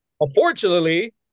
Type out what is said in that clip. unfortunately